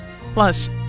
Plus